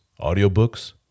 audiobooks